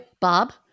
Bob